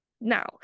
Now